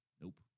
Nope